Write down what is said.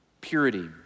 purity